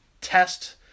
test